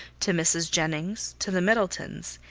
to mrs. jennings, to the middletons,